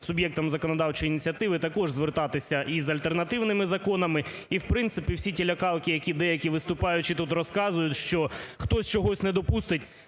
суб'єктам законодавчої ініціативи також звертатися із альтернативними законами. І, в принципі, всі ті лякалки, які деякі виступаючі тут розказують, що хтось чогось не допустить,